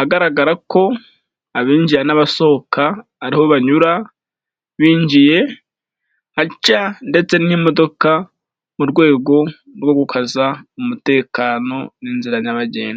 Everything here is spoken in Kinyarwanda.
agaragara ko abinjira n'abasohoka ariho banyura binjiye, haca ndetse n'imodoka mu rwego rwo gukaza umutekano n'inzira nyabagendwa.